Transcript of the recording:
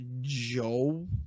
Joe